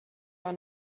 war